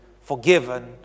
forgiven